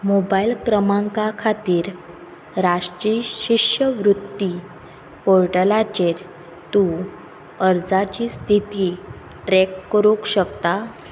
mobile क्रमांका खातीर राष्ट्रीय शिश्यवृत्ती पोर्टलाचेर तूं अर्जाची स्थिती ट्रॅक करूंक शकता